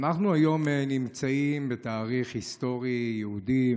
אנחנו היום נמצאים בתאריך היסטורי יהודי,